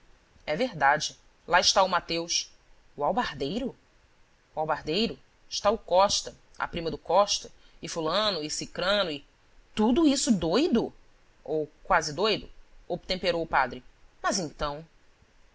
é verdade lá está o mateus o albardeiro o albardeiro está o costa a prima do costa e fulano e sicrano e tudo isso doido ou quase doido obtemperou padre mas então